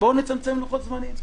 בואו נצמצם לוחות-זמנים.